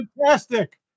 fantastic